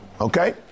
Okay